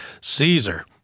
Caesar